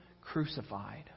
crucified